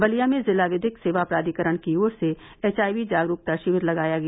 बलिया में जिला विधिक सेवा प्राविकरण की ओर से एच आई वी जागरूकता शिविर लगाया गया